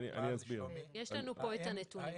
יש לנו פה את הנתונים.